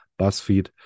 Buzzfeed